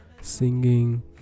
singing